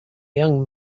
young